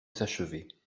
s’achever